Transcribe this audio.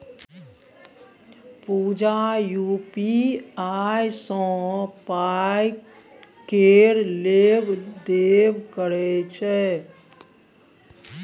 पुजा UPI सँ पाइ केर लेब देब करय छै